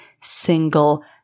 single